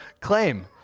claim